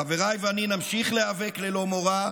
חבריי ואני נמשיך להיאבק ללא מורא,